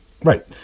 Right